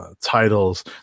titles